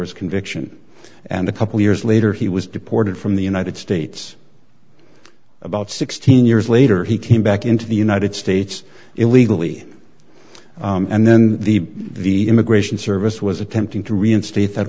his conviction and a couple years later he was deported from the united states about sixteen years later he came back into the united states illegally and then the immigration service was attempting to reinstate that